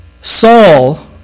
Saul